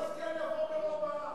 לדעתי כל הסכם יעבור ברוב העם.